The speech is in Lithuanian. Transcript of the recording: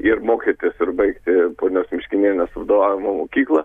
ir mokytis ir baigti ponios miškinienės vadovavimo mokyklą